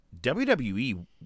WWE